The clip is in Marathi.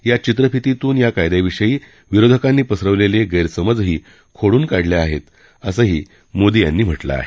या चित्रफितीतून या कायद्याविषयी विरोधकांनी पसरवलेले गैरसमजही खोडून काढले आहेत असंही मोदी यांनी म्हटलं आहे